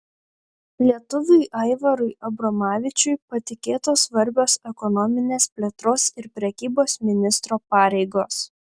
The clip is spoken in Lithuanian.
lietuviui aivarui abromavičiui patikėtos svarbios ekonominės plėtros ir prekybos ministro pareigos